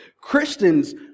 Christians